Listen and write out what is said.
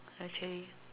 actually